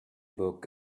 book